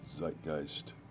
Zeitgeist